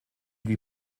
lui